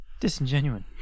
Disingenuine